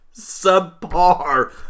subpar